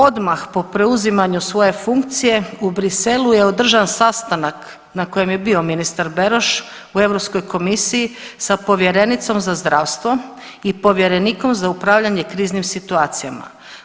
Odmah po preuzimanju svoje funkcije u Bruxellesu je održan sastanak na kojem je bio ministar Beroš u EU komisiji sa povjerenicom za zdravstvo i povjerenikom za upravljanje kriznim situacijama.